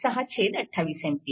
628 A